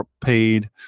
paid